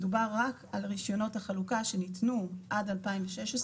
מדובר רק על רישיונות החלוקה שניתנו עד לשנת 2016,